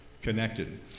connected